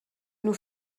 nous